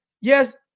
Yes